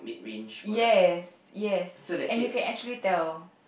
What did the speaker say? yes yes and you can actually tell